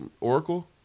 Oracle